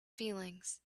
feelings